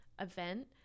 event